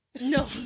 No